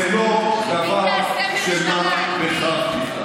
זה לא דבר של מה בכך בכלל.